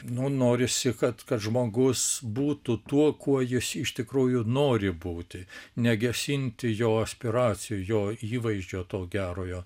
nu norisi kad kad žmogus būtų tuo kuo jis iš tikrųjų nori būti negesinti jo aspiracijų jo įvaizdžio to gerojo